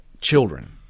Children